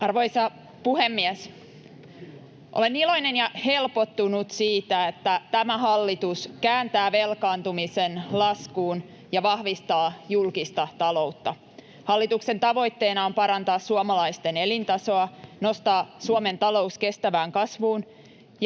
Arvoisa puhemies! Olen iloinen ja helpottunut siitä, että tämä hallitus kääntää velkaantumisen laskuun ja vahvistaa julkista taloutta. Hallituksen tavoitteena on parantaa suomalaisten elintasoa, nostaa Suomen talous kestävään kasvuun